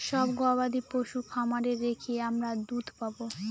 সব গবাদি পশু খামারে রেখে আমরা দুধ পাবো